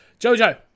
Jojo